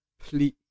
please